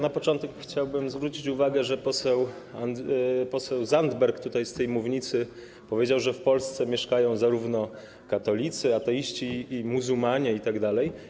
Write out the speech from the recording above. Na początek chciałbym zwrócić uwagę, że poseł Zandberg tutaj, z tej mównicy, powiedział, że w Polsce mieszkają zarówno katolicy, ateiści, jak i muzułmanie itd.